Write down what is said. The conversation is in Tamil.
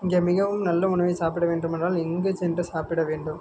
இங்கே மிகவும் நல்ல உணவை சாப்பிட வேண்டும் என்றால் எங்கு சென்று சாப்பிட வேண்டும்